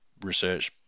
research